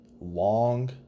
long